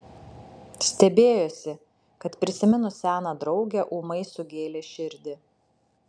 stebėjosi kad prisiminus seną draugę ūmai sugėlė širdį